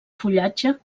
fullatge